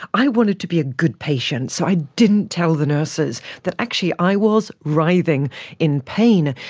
i wanted to be a good patient, so i didn't tell the nurses that actually i was writhing in pain.